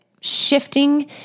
shifting